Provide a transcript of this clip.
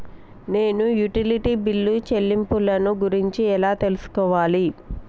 నేను utility bill చెల్లింపులను గురించి ఎలా తెలుసుకోవాలి?